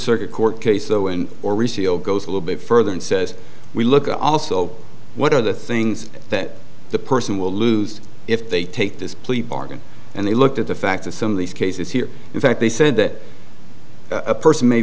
court case though in or reseal goes a little bit further and says we look at also what are the things that the person will lose if they take this plea bargain and they looked at the fact that some of these cases here in fact they said that a person may